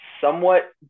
somewhat